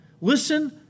Listen